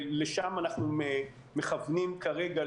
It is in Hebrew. ולשם אנחנו מכוונים כרגע,